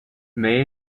may